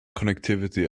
connectivity